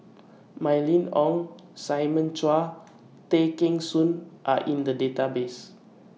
Mylene Ong Simon Chua Tay Kheng Soon Are in The Database